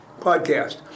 podcast